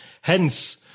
Hence